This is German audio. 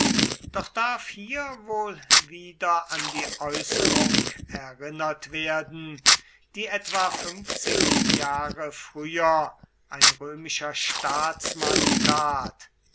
doch darf hier wohl wieder an die äußerung erinnert werden die etwa fünfzig jahre früher ein römischer staatsmann tat